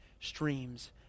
streams